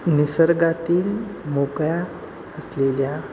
निसर्गातील मोकळ्या असलेल्या